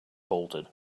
bolted